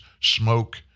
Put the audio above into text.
smoke